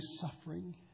suffering